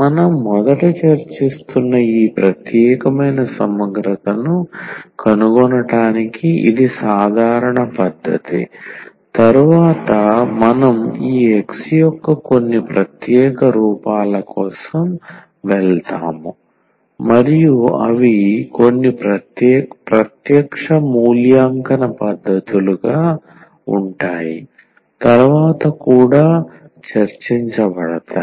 మనం మొదట చర్చిస్తున్న ఈ ప్రత్యేకమైన సమగ్రతను కనుగొనటానికి ఇది సాధారణ పద్ధతి తరువాత మనం ఈ X యొక్క కొన్ని ప్రత్యేక రూపాల కోసం వెళ్తాము మరియు అవి కొన్ని ప్రత్యక్ష మూల్యాంకన పద్ధతులుగా ఉంటాయి తరువాత కూడా చర్చించబడతాయి